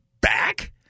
back